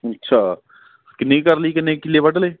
ਅੱਛਾ ਕਿੰਨੀ ਕੁ ਕਰ ਲਈ ਕਿੰਨੇ ਕੁ ਕਿੱਲੇ ਵੱਢ ਲਏ